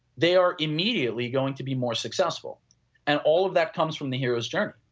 they are immediately going to be more successful and all of that comes from the hero's journey.